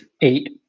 eight